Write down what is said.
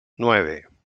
nueve